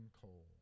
coal